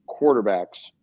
quarterbacks